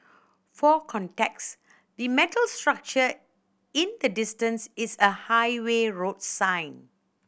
for context the metal structure in the distance is a highway road sign